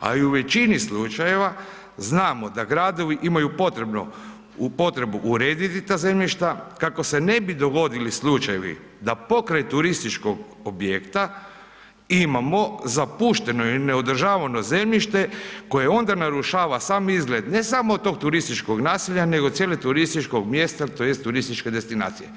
a i u većini slučajeva znamo da gradovi imaju potrebu urediti ta zemljišta kako se ne bi dogodili slučajevi da pokraj turističkog objekta imamo zapušteno i neodržavano zemljište koje onda narušava sam izgled ne samo tog turističkog naselja nego cijelog turističkog mjesta tj. turističke destinacije.